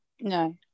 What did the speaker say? no